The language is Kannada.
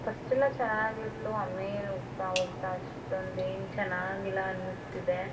ಫಸ್ಟೆಲ್ಲ ಚೆನ್ನಾಗಿತ್ತು ಆಮೇಲೆ ಹೋಗ್ತಾ ಹೋಗ್ತಾ ಅಷ್ಟೊಂದು ಏನು ಚೆನ್ನಾಗಿಲ್ಲ ಅನ್ನಿಸ್ತಿದೆ